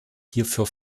hierfür